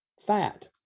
fat